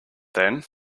then